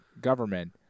government